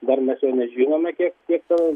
dar mes jo nežinome kiek ten